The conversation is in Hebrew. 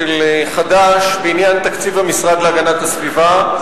חד"ש בעניין תקציב המשרד להגנת הסביבה,